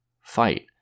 fight